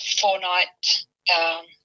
four-night –